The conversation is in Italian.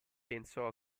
pensò